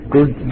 Good